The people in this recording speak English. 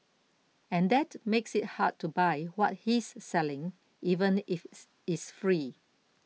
and that makes it hard to buy what he's selling even if it's it's free